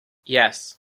yes